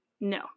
no